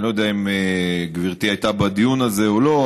אני לא יודע אם גברתי הייתה בדיון הזה או לא,